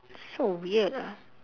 so weird ah